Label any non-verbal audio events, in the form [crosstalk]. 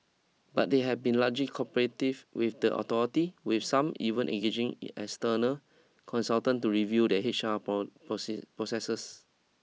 but they have been largely cooperative with the authority with some even engaging [unintelligible] external consultants to review their H R prawn proceeds processes